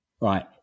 Right